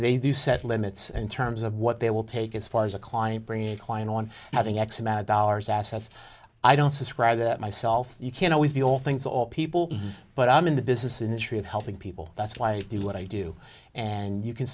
do set limits in terms of what they will take as far as a client bringing a client on having x amount of dollars assets i don't ascribe it myself you can't always be all things all people but i'm in the business industry of helping people that's why i do what i do and you can